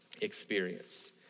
experience